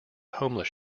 homeless